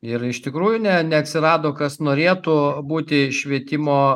ir iš tikrųjų ne neatsirado kas norėtų būti švietimo